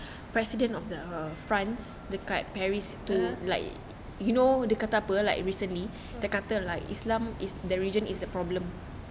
mmhmm mm